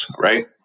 right